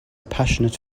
passionate